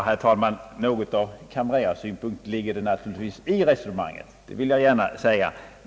Herr talman! Något av kamrerarsynpunkt ligger det naturligtvis i resonemanget. Det vill jag gärna medge.